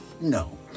No